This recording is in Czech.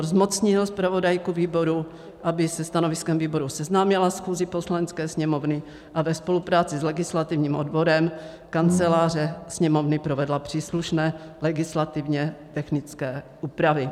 V. výbor zmocnil zpravodajku výboru, aby se stanoviskem výboru seznámila schůzi Poslanecké sněmovny a ve spolupráci s legislativním odborem Kanceláře Sněmovny provedla příslušné legislativně technické úpravy.